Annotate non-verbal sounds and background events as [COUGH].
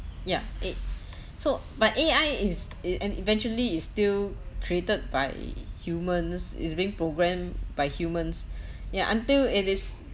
yeah it [BREATH] so but A_I is it and eventually it's still created by humans it's being programmed by humans [BREATH] ya until it is